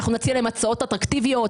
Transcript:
נציע להם הצעות אטרקטיביות,